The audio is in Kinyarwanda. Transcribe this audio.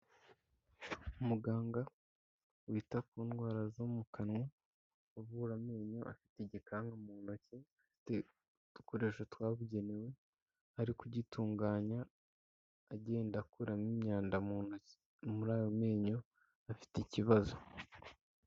Umuganga wita ku ndwara zo mu kanwa, uvura amenyo afite igikangu mu ntoki afite udukoresho twabugenewe, ari kugitunganya agenda akuramo imyanda mu ntoki muri ayo menyo afite ikibazo.